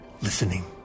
listening